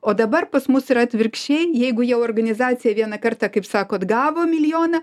o dabar pas mus yra atvirkščiai jeigu jau organizacija vieną kartą kaip sakot gavo milijoną